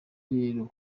rero